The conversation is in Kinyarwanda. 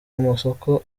amasoko